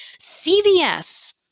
CVS